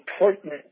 important